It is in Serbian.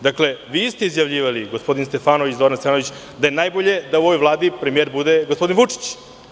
Dakle, vi ste izjavljivali, gospodin Stefanović, Zoran Stevanović, da je najbolje da u ovoj vladi premijer bude gospodin Vučić.